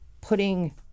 putting